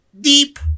Deep